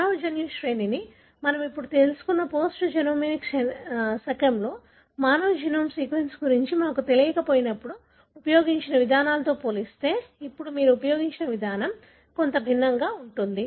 మానవ జన్యు శ్రేణిని మనం ఇప్పుడు తెలుసుకున్న పోస్ట్ జెనోమిక్ శకంలో మానవ జీనోమ్ సీక్వెన్స్ గురించి మాకు తెలియకపోయినప్పుడు ఉపయోగించిన విధానాలతో పోలిస్తే ఇప్పుడు మీరు ఉపయోగించే విధానం కొంత భిన్నంగా ఉంటుంది